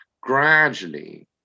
gradually